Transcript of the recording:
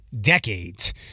decades